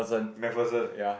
MacPherson